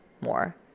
more